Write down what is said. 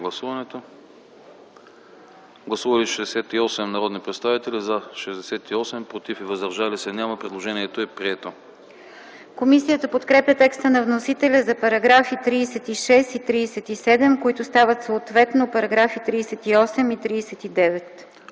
Гласували 68 народни представители: за 68, против и въздържали се няма. Предложението е прието. ДОКЛАДЧИК ИСКРА МИХАЙЛОВА: Комисията подкрепя текста на вносителя за параграфи 36 и 37, които стават съответно параграфи 38 и 39.